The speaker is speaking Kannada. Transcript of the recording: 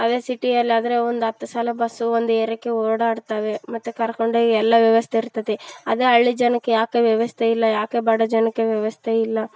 ಅದೇ ಸಿಟಿಯಲ್ಲಾದರೆ ಒಂದು ಹತ್ತು ಸಲ ಬಸ್ಸು ಒಂದು ಏರ್ಯಾಕ್ಕೆ ಓಡಾಡ್ತವೆ ಮತ್ತು ಕರ್ಕಂಡೋಗಿ ಎಲ್ಲ ವ್ಯವಸ್ಥೆ ಇರ್ತದೆ ಅದೇ ಹಳ್ಳಿ ಜನಕ್ಕೆ ಯಾಕೆ ವ್ಯವಸ್ಥೆ ಇಲ್ಲ ಯಾಕೆ ಬಡ ಜನಕ್ಕೆ ವ್ಯವಸ್ಥೆ ಇಲ್ಲ